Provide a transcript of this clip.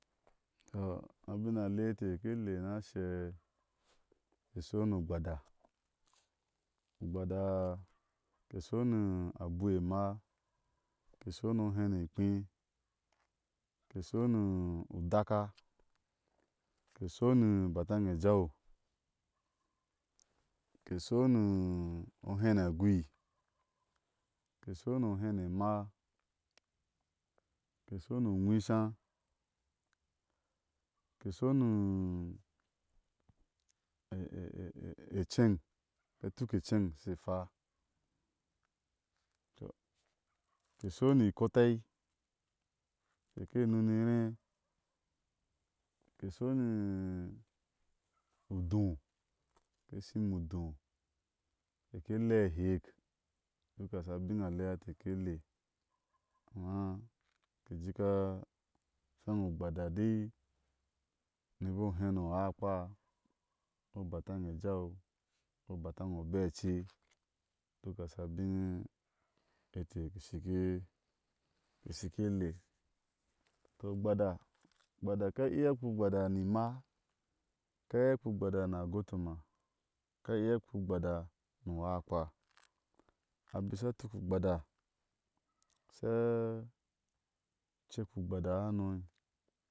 Ah abin a tea ete e inteke le ni ashe, ke shɔni ugbada, ugbada, ke shɔni abu ima, ke shɔni ohéni ekpé, ke shɔni udaka, ke shɔni ubataŋ ejau, ke shɔni ohé ni agui, ke shini ohé ni ema, ke shɔni u nwishá ke shɔni eceŋ, ka tukieceŋ she hwa, ke shoni iikotai, ke ke nun e ré ke shɔni udó ké shima udó keke le ahek, duk asha bin alea e inte keke le amma, ke jiika hweŋ u ugbada dai ni o bo ohé ni o uaakpa, ni u bataŋe ejau, ni ubataŋ o beice duk a sha biŋe, e inte ke shike ke shike le. tɔ, ugbada, ugbada aka iya kpea o ugbada ni ima aka iya kpea a ugbada ni a gutama, aka iya a kpea o ugbada ni uaakpa a bik sha tuk u ugbada a sha cekpi ugbada hano